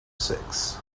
six